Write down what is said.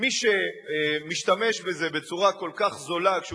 מי שמשתמש בזה בצורה כל כך זולה כשהוא